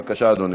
בבקשה, אדוני.